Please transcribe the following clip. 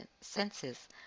senses